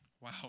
Wow